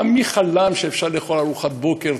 מי חלם פעם שאפשר לאכול ארוחת בוקר,